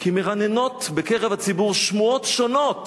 כי מרננות בקרב הציבור שמועות שונות